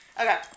Okay